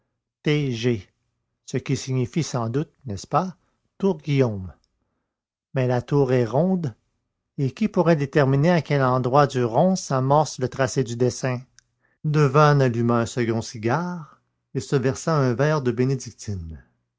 t g ce qui signifie sans doute n'est-ce pas tour guillaume mais la tour est ronde et qui pourrait déterminer à quel endroit du rond s'amorce le tracé du dessin devanne alluma un second cigare et se versa un verre de bénédictine